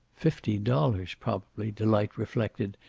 fifty dollars, probably, delight reflected.